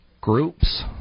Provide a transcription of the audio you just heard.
groups